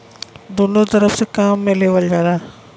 दुन्नो तरफ से काम मे लेवल जाला